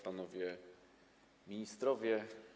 Panowie Ministrowie!